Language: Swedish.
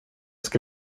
ska